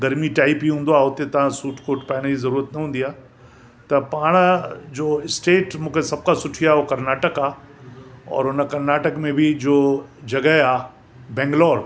गर्मी टाईप ई हूंदो आहे उते तव्हां सूट कोट पाइण जी ज़रूरत न हूंदी आहे त पाण जो स्टेट मूंखे सभ खां सुठी आहे हू कर्नाटक आहे और उन कर्नाटक में बि जो जॻहि आहे बैंगलोर